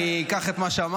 אני אקח את מה שאמרת,